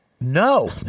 No